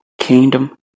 kingdom